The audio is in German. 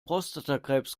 prostatakrebs